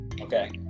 Okay